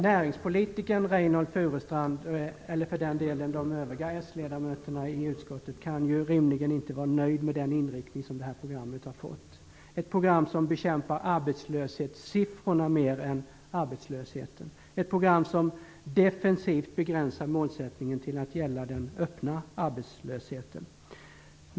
Näringspolitikern Reynoldh Furustrand eller för den delen de övriga socialdemokratiska ledamöterna i utskottet kan ju rimligen inte vara nöjda med den inriktning som det här programmet har fått, ett program som bekämpar arbetslöshetssiffrorna mer än arbetslösheten, ett program som defensivt begränsar målsättningen till att gälla den öppna arbetslösheten.